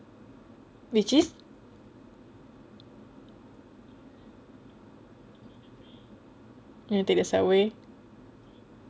which is near to the subway